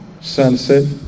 sunset